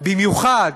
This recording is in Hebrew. במיוחד